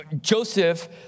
Joseph